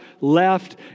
left